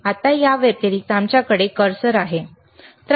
आता त्या व्यतिरिक्त आमच्याकडे कर्सर आहे बरोबर